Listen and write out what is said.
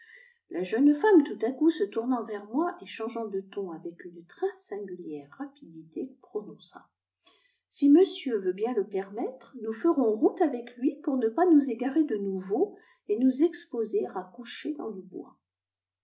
la jeune femme tout à coup se tournant vers moi et changeant de ton avec une très singuhère rapidité prononça si monsieur veut bien le permettre nous ferons route avec lui pour ne pas nous égarer de nouveau et nous exposer à coucher dans le bois